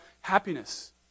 happiness